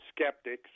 skeptics